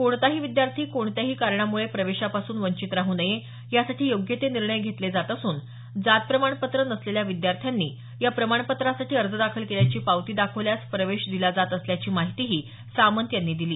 कोणताही विद्यार्थी कोणत्याही कारणामुळे प्रवेशापासून वंचित राह नये यासाठी योग्य ते निर्णय घेतले जात असून जात प्रमाणपत्र नसलेल्या विद्यार्थ्यांनी या प्रमाणपत्रासाठी अर्ज दाखल केल्याची पावती दाखवल्यास प्रवेश दिला जात असल्याची माहिती सामंत यांनी यावेळी दिली